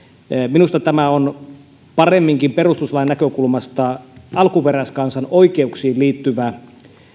minusta tämä on paremminkin perustuslain näkökulmasta alkuperäiskansan oikeuksiin liittyvä